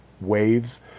waves